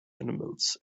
animals